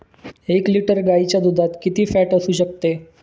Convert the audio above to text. एक लिटर गाईच्या दुधात किती फॅट असू शकते?